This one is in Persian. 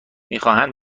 میخواهند